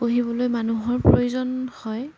পঢ়িবলৈ মানুহৰ প্ৰয়োজন হয়